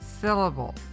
syllable